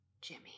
jimmy